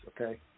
okay